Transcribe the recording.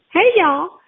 hey, y'all.